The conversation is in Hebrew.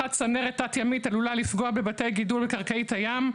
הנחת צנרת תת ימית עלולה לפגוע בבתי גידול בקרקעית הים,